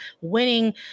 winning